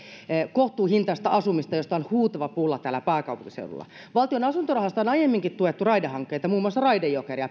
kohtuuhintaista asumista josta on huutava pula täällä pääkaupunkiseudulla valtion asuntorahastosta on aiemminkin tuettu raidehankkeita muun muassa raide jokeria